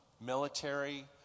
military